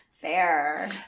Fair